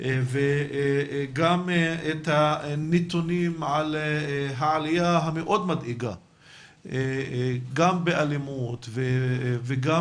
וגם את הנתונים על העלייה המאוד מדאיגה גם באלימות וגם